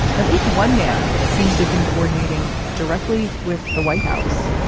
at least one man seems to have been coordinating directly with the white house.